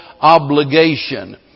obligation